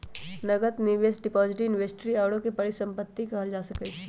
नकद, निवेश, depository, inventory आउरो के परिसंपत्ति कहल जा सकइ छइ